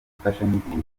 imfashanyigisho